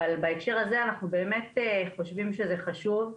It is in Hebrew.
אבל בהקשר הזה אנחנו חושבים שזה חשוב,